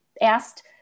asked